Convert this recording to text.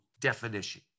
definition